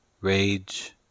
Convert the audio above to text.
rage